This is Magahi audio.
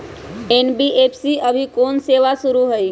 एन.बी.एफ.सी में अभी कोन कोन सेवा शुरु हई?